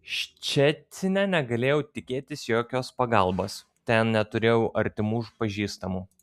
ščecine negalėjau tikėtis jokios pagalbos ten neturėjau artimų pažįstamų